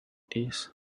this